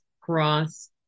cross